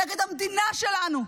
נגד המדינה שלנו,